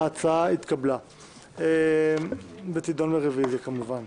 ההצעה התקבלה ותידון ברביזיה כמובן.